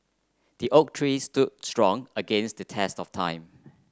the oak tree stood strong against the test of time